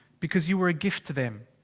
because you were a gift to them.